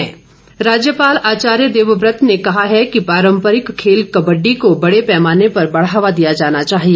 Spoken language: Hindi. राज्यपाल राज्यपाल आचार्य देवव्रत ने कहा है कि पारम्परिक खेल कबड्डी को बड़े पैमाने पर बढ़ावा दिया जाना चाहिए